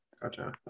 Gotcha